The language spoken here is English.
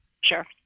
Sure